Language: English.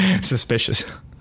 suspicious